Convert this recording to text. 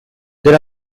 there